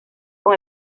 con